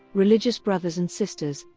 religious brothers and sisters,